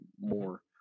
more